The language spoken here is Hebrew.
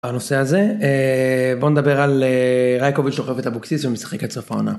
הנושא הזה בוא נדבר על ריקובי שוכב את הבוקסיס ומשחק עד סוף העונה.